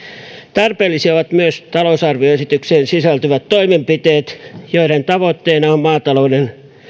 tarpeellisia ovat myös talousarvioesitykseen sisältyvät toimenpiteet joiden tavoitteena on maatalouden